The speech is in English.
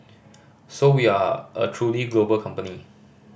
so we are a truly global company